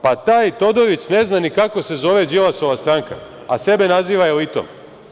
Pa, taj Todorić ne zna ni kako se zove Đilasova stranka a sebe naziva elitom.